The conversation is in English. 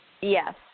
Yes